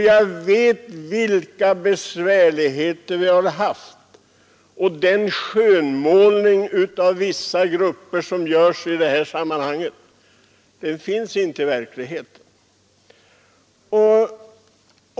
Jag vet vilka besvärligheter vi har haft, och den skönmålning av vissa grupper som görs i detta sammanhang har ingen motsvarighet i verkligheten.